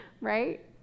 right